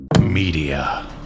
Media